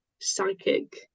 psychic